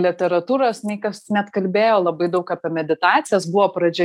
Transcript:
literatūros nei kas net kalbėjo labai daug apie meditacijas buvo pradžia